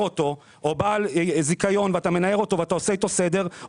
אותו או בעל זיכיון שאתה מנער אותו ואתה עושה איתו סדר,